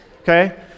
okay